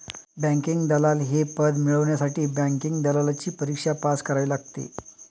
banking दलाल हे पद मिळवण्यासाठी बँकिंग दलालची परीक्षा पास करावी लागते